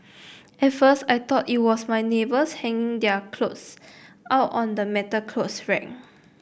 at first I thought it was my neighbours hanging their clothes out on the metal clothes rack